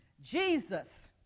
Jesus